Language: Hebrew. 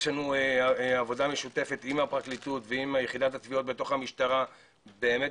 יש לנו עבודה משותפת עם הפרקליטות ועם יחידת התביעות בתוך המשטרה באמת